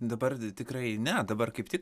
dabar tikrai ne dabar kaip tik